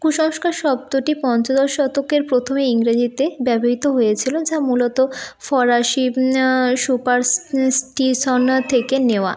কুসংস্কার শব্দটি পঞ্চদশ শতকের প্রথমে ইংরেজিতে ব্যবহৃত হয়েছিল যা মূলত ফরাসি সুপার স্টিশনা থেকে নেওয়া